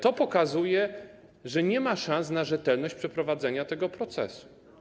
To pokazuje, że nie ma szans na rzetelność przy przeprowadzeniu tego procesu.